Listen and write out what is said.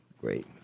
Great